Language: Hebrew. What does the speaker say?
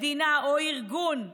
מדינה או ארגון עוינים.